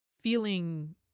feeling